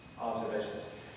observations